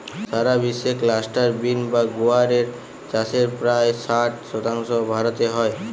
সারা বিশ্বে cluster bean বা গুয়ার এর চাষের প্রায় ষাট শতাংশ ভারতে হয়